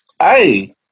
Hey